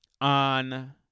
on